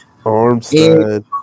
Armstead